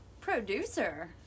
Producer